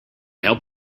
help